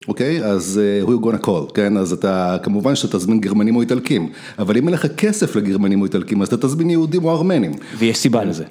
אוקיי, אז who you gonna call, כן, אז אתה כמובן שאתה תזמין גרמנים או איטלקים, אבל אם אין לך כסף לגרמנים או איטלקים, אז אתה תזמין יהודים או ארמנים. ויש סיבה לזה.